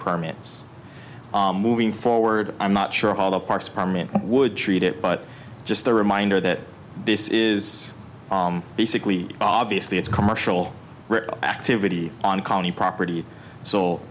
permits moving forward i'm not sure how the parks department would treat it but just the reminder that this is basically obviously it's commercial activity on county property so